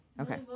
Okay